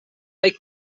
may